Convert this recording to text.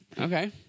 Okay